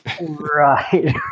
Right